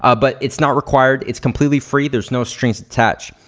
ah but it's not required. it's completely free. there's no strings attached.